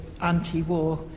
anti-war